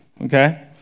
okay